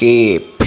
skip